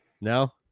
No